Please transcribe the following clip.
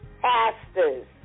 pastors